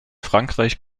frankreich